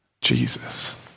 Jesus